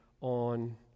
on